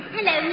Hello